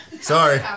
Sorry